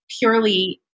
purely